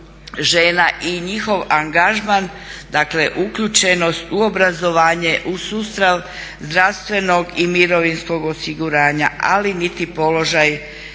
žena i njihov angažman, dakle uključenost u obrazovanje, u sustav zdravstvenog i mirovinskog osiguranja, ali niti položaj